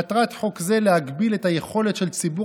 מטרת חוק זה להגביל את היכולת של ציבור